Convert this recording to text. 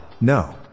no